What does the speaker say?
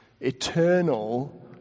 eternal